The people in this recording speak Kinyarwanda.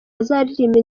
bazaririmba